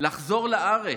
לחזור לארץ.